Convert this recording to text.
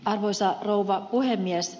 arvoisa rouva puhemies